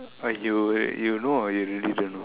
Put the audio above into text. why you you know or you really don't know